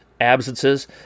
absences